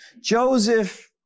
Joseph